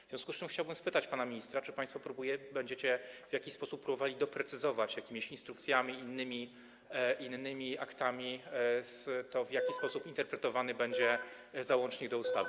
W związku z tym chciałbym spytać pana ministra, czy państwo będziecie w jakiś sposób próbowali doprecyzować jakimiś instrukcjami, innymi aktami to, w jaki sposób interpretowany będzie załącznik do ustawy.